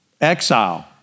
exile